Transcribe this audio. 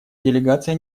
делегация